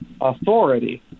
authority